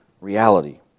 reality